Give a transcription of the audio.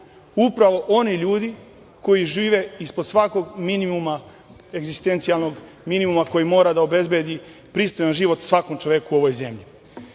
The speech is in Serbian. Upravo oni ljudi koji žive ispod svakog minimuma egzistencijalnog minimuma koji mora da obezbedi pristojan život svakom čoveku u ovoj zemlji. To